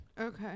Okay